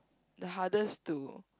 the hardest to